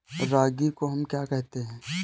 रागी को हम क्या कहते हैं?